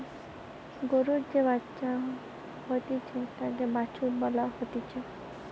গরুর যে বাচ্চা হতিছে তাকে বাছুর বলা হতিছে